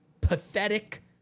pathetic